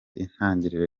intangiriro